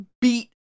beat